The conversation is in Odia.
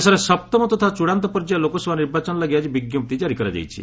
ଦେଶରେ ସପ୍ତମ ତଥା ଚୃଡ଼ାନ୍ତ ପର୍ଯ୍ୟାୟ ଲୋକସଭା ନିର୍ବାଚନ ଲାଗି ଆକି ବିଜ୍ଞପ୍ତି ଜାରି କରାଯାଇଛି